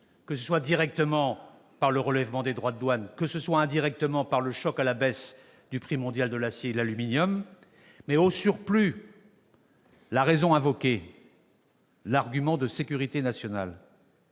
que ce soit directement, par le relèvement des droits de douane, ou indirectement, par le choc à la baisse du prix mondial de l'acier et de l'aluminium. Mais, au surplus, la raison invoquée par les autorités américaines